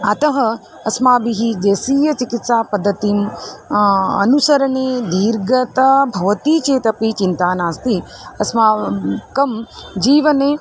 अतः अस्माभिः देशीयां चिकित्सापद्धतिम् अनुसरणे दीर्घता भवति चेदपि चिन्ता नास्ति अस्माकं जीवने